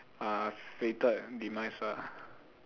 uh fated demise ah